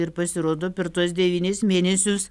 ir pasirodo per tuos devynis mėnesius